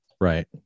Right